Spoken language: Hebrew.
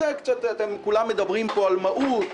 כולם מדברים פה על מהות,